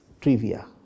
trivia